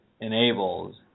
enables